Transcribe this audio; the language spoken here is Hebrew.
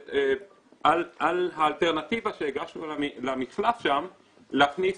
על האלטרנטיבה שהגשנו למחלף שם אנחנו יכולים להכניס